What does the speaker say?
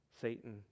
Satan